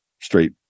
straight